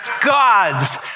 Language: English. God's